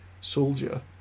soldier